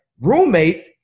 roommate